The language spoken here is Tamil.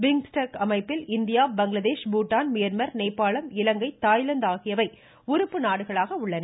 பிம்ஸ்டெக் அமைப்பில் இந்தியா பங்களாதேஷ் பூடான் மியான்மர் நேபாளம் இலங்கை தாய்லாந்து ஆகியவை உறுப்புநாடுகளாக உள்ளன